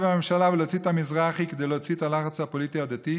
הממשלה ולהוציא את המזרחי כדי להוציא את הלחץ הפוליטי-דתי,